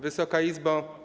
Wysoka Izbo!